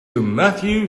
matthew